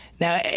Now